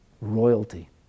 Royalty